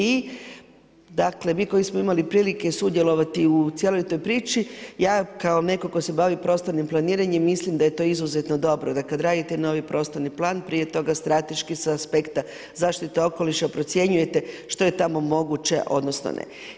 I mi koji smo imali prilike sudjelovati u cijeloj to priči, ja kao neko tko se bavi prostornim planiranjem mislim da je to izuzetno dobro da kada radite novi prostorni plan, prije toga strateški sa aspekta zaštite okoliša procjenjujete što je tamo moguće odnosno ne.